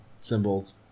symbols